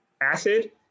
acid